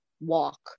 walk